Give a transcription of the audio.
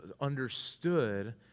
understood